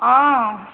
অঁ